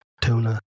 Tuna